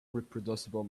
reproducible